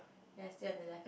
yes still on the left